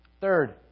Third